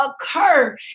occur